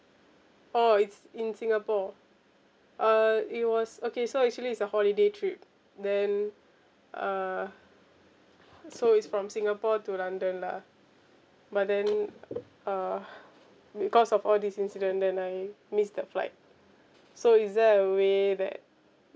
oh it's in singapore uh it was okay so actually it's a holiday trip then uh so it's from singapore to london lah but then uh because of all this incident then I missed the flight so is there a way that